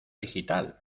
digital